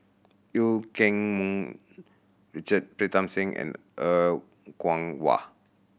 Eu Keng Mun Richard Pritam Singh and Er Kwong Wah